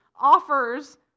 offers